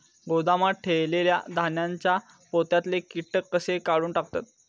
गोदामात ठेयलेल्या धान्यांच्या पोत्यातले कीटक कशे काढून टाकतत?